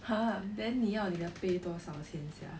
!huh! then 你要你的 pay 多少钱 sia